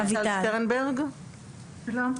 שלום.